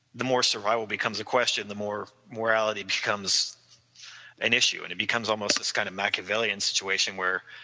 the more survival becomes a question, the more mortality becomes an issue and it becomes almost just kind of machiavellian situation where